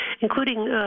including